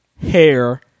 Hair